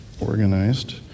organized